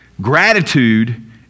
Gratitude